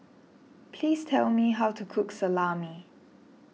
please tell me how to cook Salami